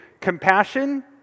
compassion